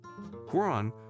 Quran